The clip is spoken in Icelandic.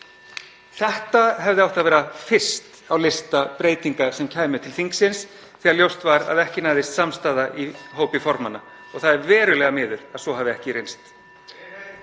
Það hefði átt að vera fyrst á lista breytinga sem kæmu til þingsins þegar ljóst var að ekki næðist samstaða í hópi formanna. (Forseti hringir.) Og það er verulega miður að sú hafi ekki verið